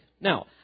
Now